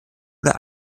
oder